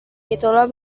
itulah